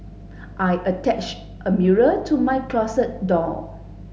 I attached a mirror to my closet door